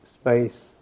space